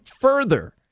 further